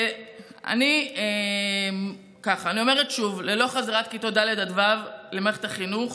אני אומרת שוב: ללא חזרת כיתות ד' ו' למערכת החינוך